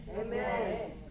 Amen